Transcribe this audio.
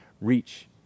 reach